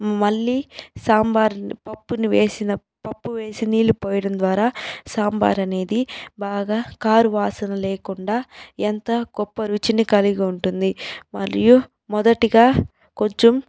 మళ్ళీ సాంబార్ పప్పును వేసిన పప్పు వేసి నీళ్లు పోయడం ద్వారా సాంబార్ అనేది బాగా కారువాసన లేకుండా ఎంత గొప్ప రుచిని కలిగి ఉంటుంది మరియు మొదటిగా కొంచెం